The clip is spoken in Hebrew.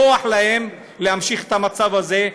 נוח להם להמשיך את המצב הזה.